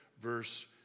verse